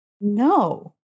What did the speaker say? No